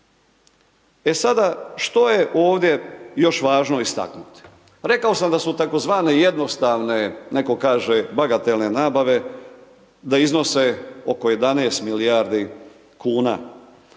E sada što je ovdje još važno istaknuti? Rekao sam da su tzv. jednostavne netko kaže bagatelne nabave, da iznose oko 11 milijardi kuna.